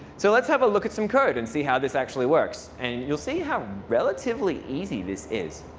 so let's have a look at some code and see how this actually works. and you'll see how relatively easy this is.